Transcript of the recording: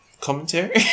commentary